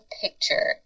picture